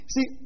See